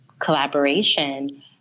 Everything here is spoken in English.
collaboration